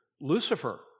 Lucifer